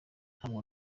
ntabwo